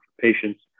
patients